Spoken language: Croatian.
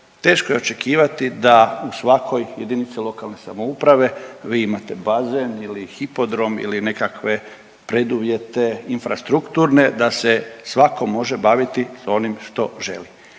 teško je očekivati da u svakoj jedinici lokalne samouprave vi imate bazen ili hipodrom ili nekakve preduvjete infrastrukturne da se svako može baviti sa onim što želi.